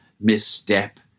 misstep